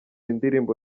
indirimbo